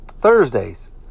Thursdays